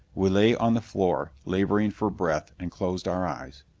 we lay on the floor, laboring for breath, and closed our eyes.